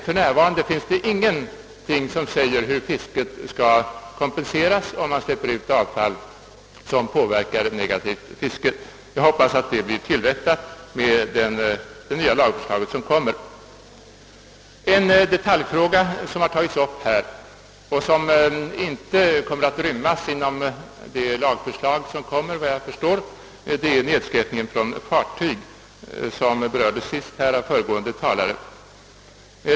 För närvarande finns emellertid inte någonting som säger hur fisket skall kompenseras, om man släpper ut avfall som negativt påverkar fisket. Jag hoppas att detta missförhållande rättas till i det nya lagförslag som kommer. En detaljfråga, som tagits upp här och som, vad jag kan förstå, inte kommer att inrymmas i det kommande lagförslaget, är nedskräpningen från fartyg. Denna fråga berördes nyss av den föregående talaren.